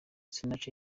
sinach